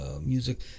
music